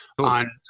on